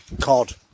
Cod